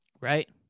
right